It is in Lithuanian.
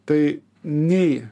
tai nei